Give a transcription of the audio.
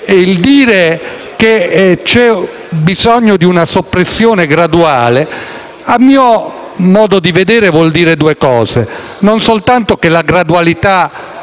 dire che c'è bisogno di una soppressione graduale, a mio modo di vedere, significa due cose: non solo che la gradualità